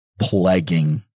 plaguing